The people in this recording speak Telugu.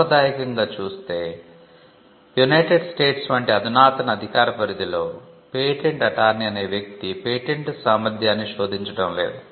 సాంప్రదాయకంగా చూస్తే యునైటెడ్ స్టేట్స్ వంటి అధునాతన అధికార పరిధిలో పేటెంట్ అటార్నీ అనే వ్యక్తి పేటెంట్ సామర్థ్యాన్ని శోధించడం లేదు